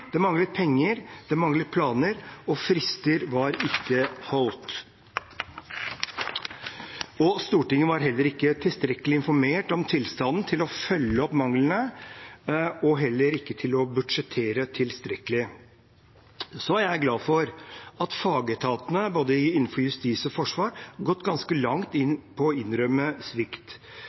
Det manglet penger, det manglet planer, og frister var ikke holdt. Stortinget var heller ikke tilstrekkelig informert om tilstanden til å følge opp manglene og heller ikke til å budsjettere tilstrekkelig. Jeg er glad for at fagetatene, både innenfor justis og forsvar, har gått ganske langt i å innrømme svikt.